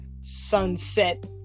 Sunset